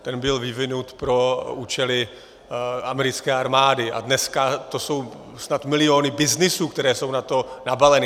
Ten byl vyvinut pro účely americké armády a dneska to jsou snad miliony byznysů, které jsou na to nabaleny.